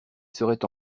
serait